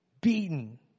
Beaten